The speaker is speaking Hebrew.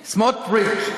סמוֹטריץ.